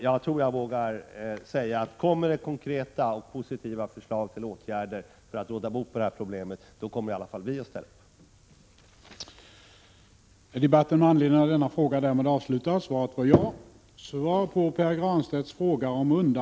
Jag tror jag vågar säga att om det kommer konkreta och positiva förslag till åtgärder för att råda bot på detta problem, kommer i alla fall vi i centern att ställa oss bakom dem.